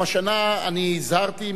גם השנה אני הזהרתי,